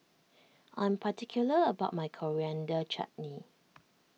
I am particular about my Coriander Chutney